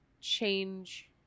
change